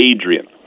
Adrian